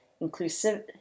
inclusive